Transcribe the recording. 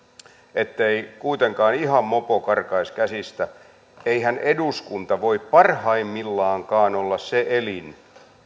ettei kuitenkaan ihan mopo karkaisi käsistä että eihän eduskunta voi parhaimmillaankaan olla se elin